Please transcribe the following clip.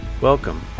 Welcome